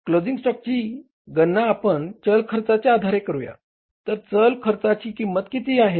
closing स्टॉकची गणना आपण चल खर्चाच्या आधारे करूया तर चल खर्चाची किंमत किती आहे